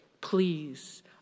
please